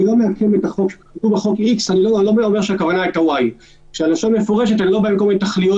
חשבתי שאנשים ממציאים דברים, התחלתי